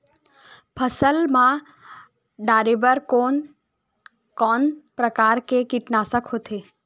फसल मा डारेबर कोन कौन प्रकार के कीटनाशक होथे?